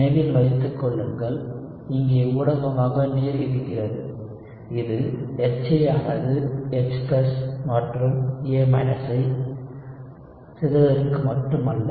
நினைவில் வைத்து கொள்ளுங்கள் இங்கே ஊடகமாக நீர் இருக்கிறது இது HA ஆனது H மற்றும் A- ஆக சிதைவதற்கு மட்டுமல்ல